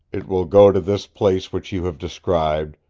it will go to this place which you have described,